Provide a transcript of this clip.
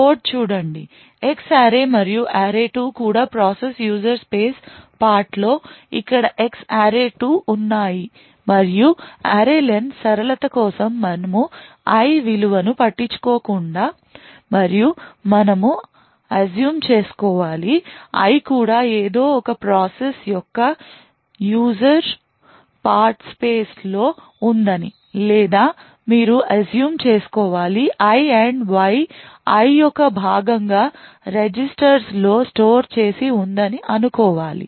code చూడండి X array మరియు array2 కూడా ప్రాసెస్ యూజర్ స్పేస్ పార్ట్ లో ఇక్కడ X array2 ఉన్నాయి మరియు array len సరళత కోసం మనము I విలువను పట్టించుకోకుండా మరియు మనము అస్సుమ్ చేస్కోవాలి I కూడా ఏదో ఒక ప్రాసెస్ యొక్క యూసర్ పార్ట్ స్పేస్ లో ఉందని లేదా మీరు అస్సుమ్ చేస్కోవాలి I అండ్ Y I యొక్క భాగంగా రెజిస్టర్స్ లో స్టోర్ చేసి ఉందని అనుకోవాలి